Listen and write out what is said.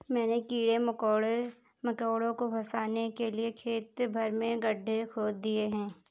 मैंने कीड़े मकोड़ों को फसाने के लिए खेत भर में गड्ढे खोद दिए हैं